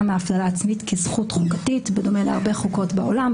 מהפללה עצמית כזכות חוקתית בדומה להרבה חוקות בעולם,